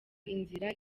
inzira